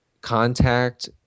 contact